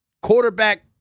Quarterback